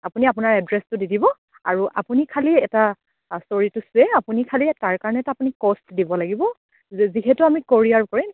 আপুনি আপোনাৰ এড্ৰেছটো দি দিব আৰু আপুনি খালী এটা ছ'ৰি টু ছে' আপুনি খালী তাৰ কাৰণে এটা কষ্ট দিব লাগিব যিহেতু আমি কোৰিয়াৰ কৰিম